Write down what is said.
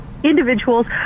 individuals